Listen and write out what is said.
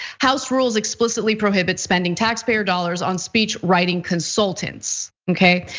house rules explicitly prohibits spending taxpayer dollars on speech writing consultants, okay?